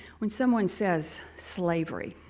when someone says, slavery,